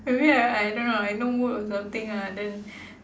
maybe I I don't know I no mood or something lah then